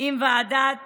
עם ועידת